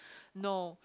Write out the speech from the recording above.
no